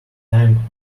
time